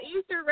Easter